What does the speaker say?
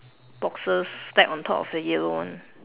boxes stack on top of the yellow one